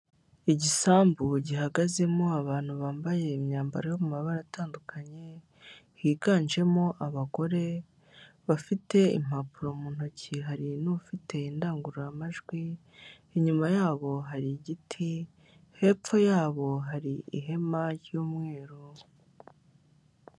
Igisambu gihagazemo abantu bambaye imyambaro mu mabara atandukanye higanjemo abagore bafite impapuro mu ntoki, hari n'ufite indangururamajwi inyuma yabo hari igiti hepfo yabo hari ihema ry'umweru.